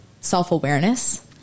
self-awareness